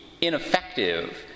ineffective